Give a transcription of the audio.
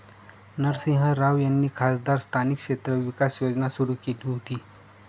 नरसिंह राव यांनी खासदार स्थानिक क्षेत्र विकास योजना सुरू केली होती